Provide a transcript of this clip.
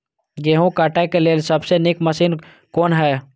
गेहूँ काटय के लेल सबसे नीक मशीन कोन हय?